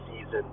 season